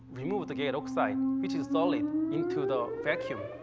remove the gate oxide, which is solid, into the vacuum.